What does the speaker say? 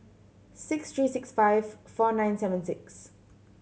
six three six five four nine seven six